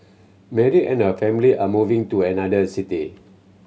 Mary and her family are moving to another city